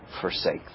forsake